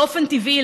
באופן טבעי,